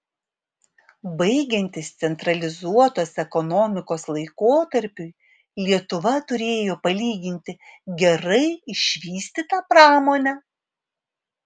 baigiantis centralizuotos ekonomikos laikotarpiui lietuva turėjo palyginti gerai išvystytą pramonę